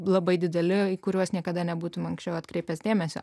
labai dideli o į kuriuos niekada nebūtum anksčiau atkreipęs dėmesio